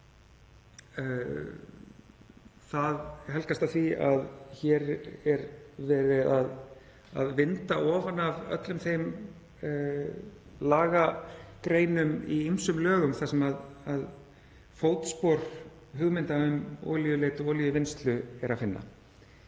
Það helgast af því að hér er verið að vinda ofan af öllum þeim lagagreinum í ýmsum lögum þar sem fótspor hugmynda um olíuleit og olíuvinnslu er að finna.